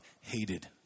hated